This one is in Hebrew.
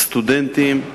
הסטודנטים.